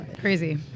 crazy